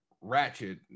Ratchet